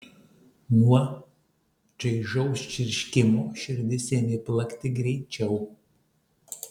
nuo čaižaus čirškimo širdis ėmė plakti greičiau